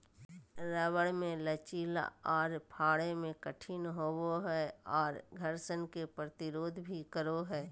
rubber मे लचीला आर फाड़े मे कठिन होवो हय आर घर्षण के प्रतिरोध भी करो हय